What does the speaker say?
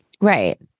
Right